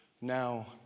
Now